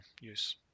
use